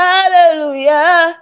Hallelujah